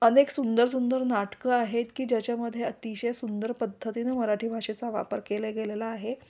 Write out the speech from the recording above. अनेक सुंदर सुंदर नाटकं आहेत की ज्याच्यामध्ये अतिशय सुंदर पद्धतीनें मराठी भाषेचा वापर केल्या गेलेला आहे